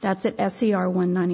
that's it f c r one ninety